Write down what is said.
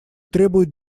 требуют